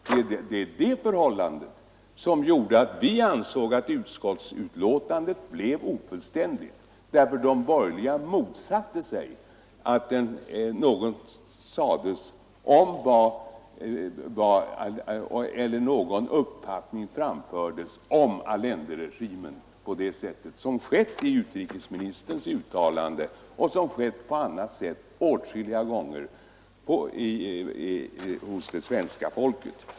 Det var detta förhållande som gjorde att vi ansåg att utskottsbetänkandet blev ofullständigt. De borgerliga motsatte sig att någon uppfattning framfördes om Allenderegimen på det sätt som skett i utrikesministerns uttalande och som skett på annat sätt åtskilliga gånger och på andra sätt av det svenska folket.